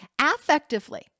affectively